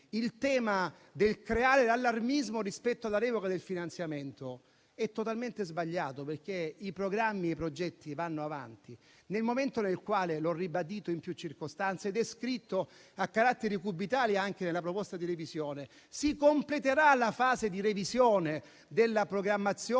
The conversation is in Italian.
avanti. Creare allarmismo rispetto alla revoca del finanziamento è totalmente sbagliato, perché i programmi e i progetti vanno avanti nel momento in cui - l'ho ribadito in più circostanze ed è scritto a caratteri cubitali anche nella proposta di revisione - si completerà la fase di revisione della programmazione